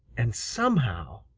and somehow,